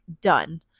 done